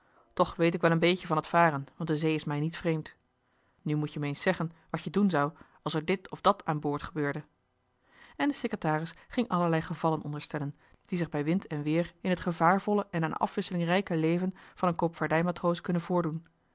toch weet ik wel een beetje van het varen want de zee is mij niet vreemd nu moet-je me eens zeggen wat je doen zou als er dit of dat aan boord gebeurde en de secretaris ging allerlei gevallen onderstellen die zich bij wind en weer in het gevaarvolle en aan afwisseling rijke leven van een koopvaardijmatroos kunnen voordoen